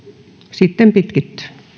sitten pitkittyy